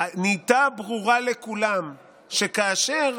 נהייתה ברורה לכולם כאשר